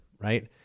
Right